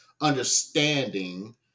understanding